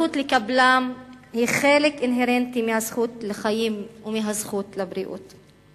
והזכות לקבלם היא חלק אינהרנטי מהזכות לחיים ומהזכות לבריאות.